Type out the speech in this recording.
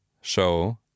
show